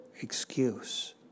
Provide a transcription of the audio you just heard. excuse